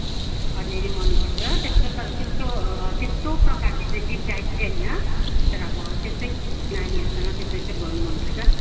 हजुर अलिअलि मनपर्छ त्यस्तो तर त्यस्तो त्यस्तो प्रकारले चाहिँ डिप डाइभ चाहिँ होइन तर अब त्यसै नानीहरूसँग त्यसै चाहिँ गर्नु मनपर्छ